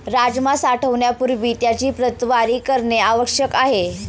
राजमा साठवण्यापूर्वी त्याची प्रतवारी करणे आवश्यक आहे